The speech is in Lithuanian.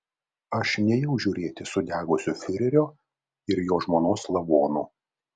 aš nėjau žiūrėti sudegusių fiurerio ir jo žmonos lavonų